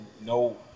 No